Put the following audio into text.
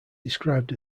described